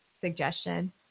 suggestion